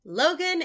Logan